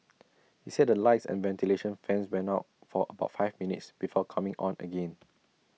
he said the lights and ventilation fans went out for about five minutes before coming on again